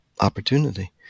opportunity